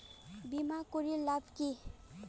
বিমা করির লাভ কি?